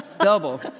double